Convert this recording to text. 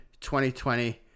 2020